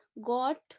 got